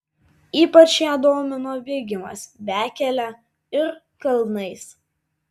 ypač ją domino bėgimas bekele ir kalnais